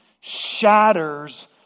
Shatters